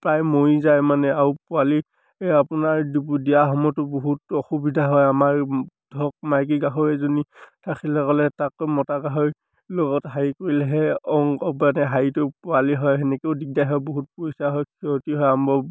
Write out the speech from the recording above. প্ৰায় মৰি যায় মানে আৰু পোৱালি আপোনাৰ দিয়া সময়তো বহুত অসুবিধা হয় আমাৰ ধৰক মাইকী গাহৰি এজনী থাকিলে ক'লে তাক মতা গাহৰি লগত হেৰি কৰিলেহে অংক মানে হাৰিটো পোৱালি হয় সেনেকৈয়ো দিগদাৰ হয় বহুত পইচা হয় ক্ষতি হয় আমাৰ